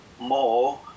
more